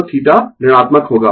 तो θ ऋणात्मक होगा